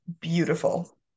beautiful